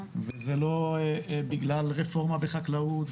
וזה לא בגלל רפורמה בחקלאות,